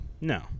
no